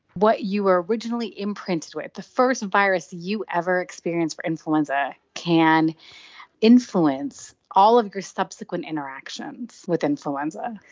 what you were originally imprinted with, the first virus you ever experienced for influenza can influence all of your subsequent interactions with influenza.